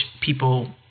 people